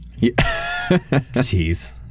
Jeez